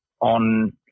on